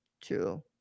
two